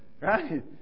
Right